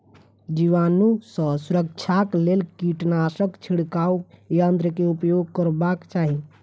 जीवाणु सॅ सुरक्षाक लेल कीटनाशक छिड़काव यन्त्र के उपयोग करबाक चाही